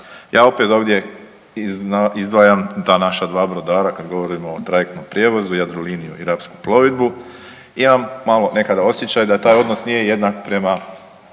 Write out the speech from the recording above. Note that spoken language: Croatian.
Ja opet ovdje izdvajam ta naša 2 brodara kad govorimo o trajektnom prijevozu Jadroliniju i Rapsku plovidbu, imam malo nekada osjećaj da taj odnos nije jednak prema